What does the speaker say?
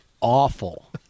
awful